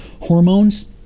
hormones